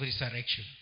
resurrection